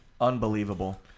unbelievable